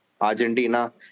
Argentina